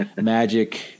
Magic